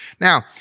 Now